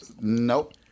Nope